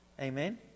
Amen